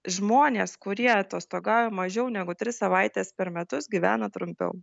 žmonės kurie atostogauja mažiau negu tris savaites per metus gyvena trumpiau